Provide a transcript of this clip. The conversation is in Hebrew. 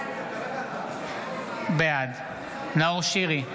בעד נאור שירי,